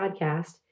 Podcast